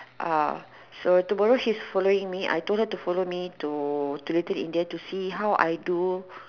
uh so tomorrow she is following me I told her to follow me to to little India to see how I do